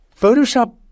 Photoshop